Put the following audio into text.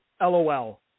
LOL